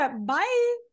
bye